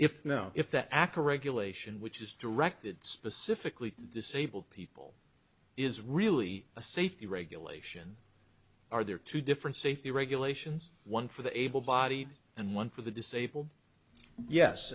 if you know if the ak or a q lation which is directed specifically disabled people is really a safety regulation are there two different safety regulations one for the able bodied and one for the disabled yes